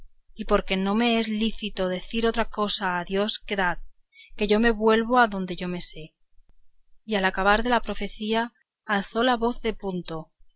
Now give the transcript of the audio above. y porque no me es lícito decir otra cosa a dios quedad que yo me vuelvo adonde yo me sé y al acabar de la profecía alzó la voz de punto